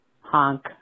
honk